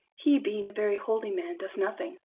he being a very holy man does nothing.